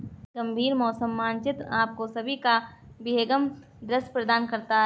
गंभीर मौसम मानचित्र आपको सभी का विहंगम दृश्य प्रदान करता है